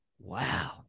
Wow